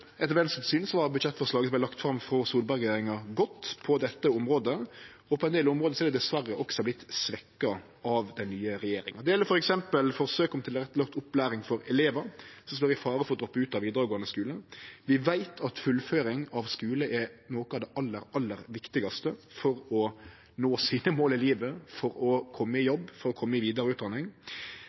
Etter Venstres syn var budsjettforslaget som vart lagt fram frå Solberg-regjeringa, godt på dette området. På ein del område er det dessverre vorte svekt av den nye regjeringa. Det gjeld f.eks. forsøket med å leggje opplæring til rette for elevar som står i fare for å droppe ut av vidaregåande skule. Vi veit at fullføring av skule er noko av det aller viktigaste for å nå måla ein har i livet, for å kome i jobb, for å kome i